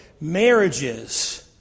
Marriages